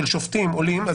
שופטים עולים לרשת,